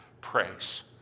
praise